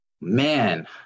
man